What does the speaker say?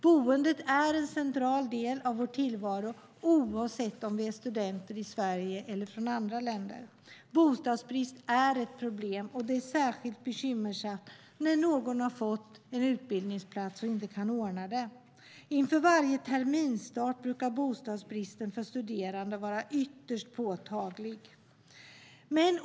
Boendet är en central del av vår tillvaro, oavsett om man är student från Sverige eller från något annat land. Bostadsbristen är ett problem. Det är särskilt bekymmersamt när någon har fått en utbildningsplats och inte kan ordna med boende. Inför varje terminsstart brukar bostadsbristen för studerande vara ytterst påtaglig.